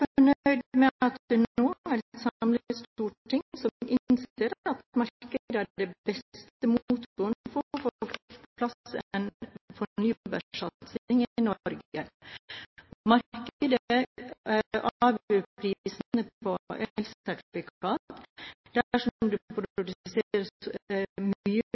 at det nå er et samlet storting som innser at markedet er den beste motoren for å få på plass en fornybarsatsing i Norge. Markedet avgjør prisene på elsertifikatene. Dersom det